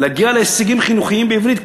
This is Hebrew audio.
להגיע להישגים חינוכיים בעברית,